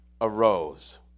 arose